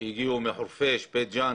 שהגיעו מחורפיש ובית ג'ן